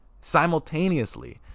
simultaneously